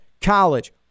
college